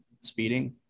speeding